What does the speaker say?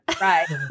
Right